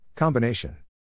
Combination